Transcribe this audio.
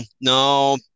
no